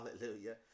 hallelujah